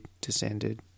descended